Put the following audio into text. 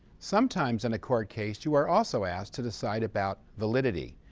sometimes in a court case, you are also asked to decide about validity.